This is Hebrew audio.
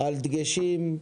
על דגשים,